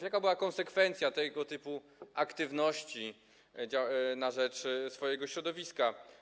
Jaka była konsekwencja tego typu aktywności na rzecz swojego środowiska?